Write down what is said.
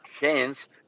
Hence